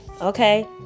Okay